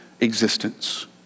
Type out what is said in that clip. existence